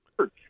church